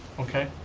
okay.